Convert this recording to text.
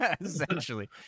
essentially